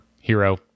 Hero